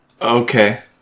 Okay